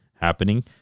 happening